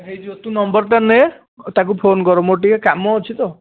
ହୋଇଯିବ ତୁ ନମ୍ବର୍ଟା ନେ ତାକୁ ଫୋନ୍ କର ମୋର ଟିକିଏ କାମ ଅଛି ତ